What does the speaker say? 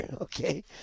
okay